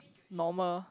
normal